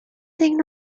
thing